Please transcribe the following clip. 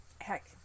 heck